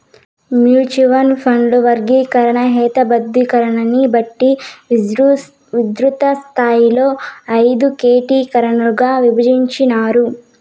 mutual ఫండ్ల వర్గీకరణ, హేతబద్ధీకరణని బట్టి విస్తృతస్థాయిలో అయిదు కేటగిరీలుగా ఇభజించినారు